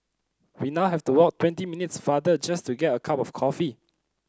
we now have to walk twenty minutes farther just to get a cup of coffee